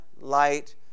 light